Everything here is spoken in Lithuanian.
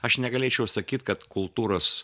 aš negalėčiau sakyt kad kultūros